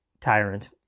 tyrant